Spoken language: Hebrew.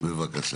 בבקשה.